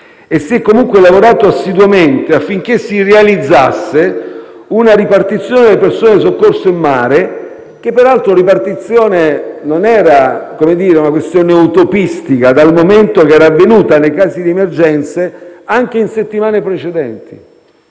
e si è comunque lavorato assiduamente affinché si realizzasse una ripartizione delle persone soccorse in mare; ripartizione che, peraltro, non era affatto utopistica, dal momento che era avvenuta nei casi di emergenze anche in settimane precedenti.